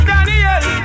Daniel